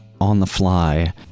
on-the-fly